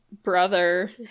brother